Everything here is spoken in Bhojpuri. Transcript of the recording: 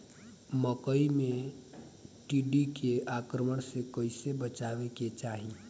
मकई मे टिड्डी के आक्रमण से कइसे बचावे के चाही?